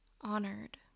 honored